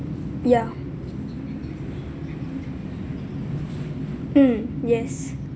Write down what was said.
yeah mm yes